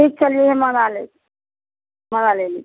ठीक छलियैया मँगा लै मँगा लेली